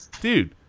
dude